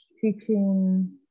teaching